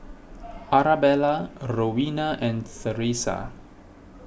Arabella Rowena and theresa